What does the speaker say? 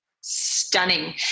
Stunning